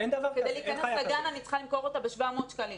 כדי להיכנס לגן אני צריכה למכור אותה ב-700 שקלים.